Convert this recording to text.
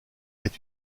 est